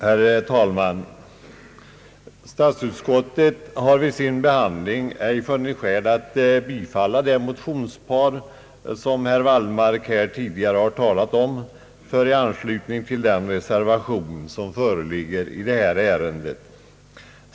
Herr talman! Statsutskottet har vid sin behandling ej funnit skäl att tillstyrka det motionspar som herr Wallmark nyss har talat om i anslutning till den reservation som föreligger i detta ärende.